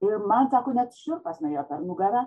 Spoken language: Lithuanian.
ir man sako net šiurpas nuėjo per nugarą